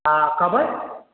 ہاں کبئی